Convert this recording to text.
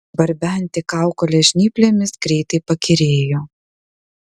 barbenti kaukolę žnyplėmis greitai pakyrėjo